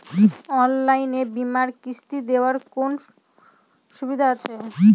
অনলাইনে বীমার কিস্তি দেওয়ার কোন সুবিধে আছে?